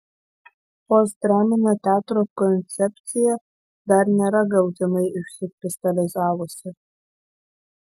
postdraminio teatro koncepcija dar nėra galutinai išsikristalizavusi